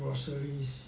groceries